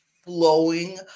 flowing